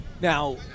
Now